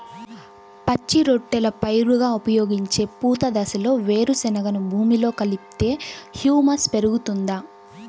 పచ్చి రొట్టెల పైరుగా ఉపయోగించే పూత దశలో వేరుశెనగను భూమిలో కలిపితే హ్యూమస్ పెరుగుతుందా?